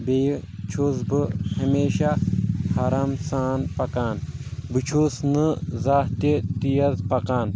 بییٚہِ چھُس بہٕ ہمیشہ آرام سان پکان بہٕ چھُس نہٕ زانٛہہ تہِ تیز پکان